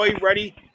ready